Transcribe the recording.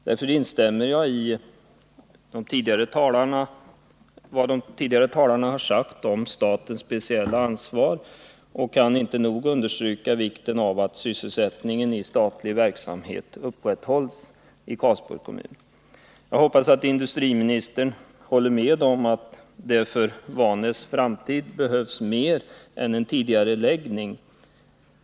Därför instämmer jag i vad de tidigare talarna har sagt om statens speciella ansvar och kan inte nog understryka angelägenheten av att sysselsättningen i statlig verksamhet uppehålls i Karlsborg. Jag hoppas att industriministern håller med mig om att det för Vanäs framtid behövs mer än en tidigareläggning.